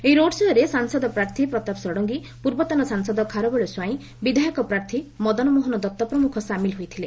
ଏହି ରୋଡ୍ ଶୋ'ରେ ସାଂସଦ ପ୍ରାର୍ଥୀ ପ୍ରତାପ ଷଡ୍ଙଗୀ ପୂର୍ବତନ ସାଂସଦ ଖାରବେଳ ସ୍ୱାଇଁ ବିଧାୟକ ପ୍ରାର୍ଥୀ ମଦନମୋହନ ଦତ୍ତ ପ୍ରମୁଖ ସାମିଲ ହୋଇଥିଲେ